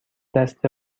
دست